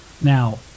Now